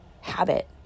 habit